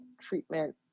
treatment